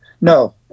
no